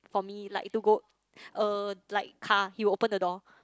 for me like to go uh like car he will open the door